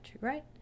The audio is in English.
right